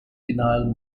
vinyl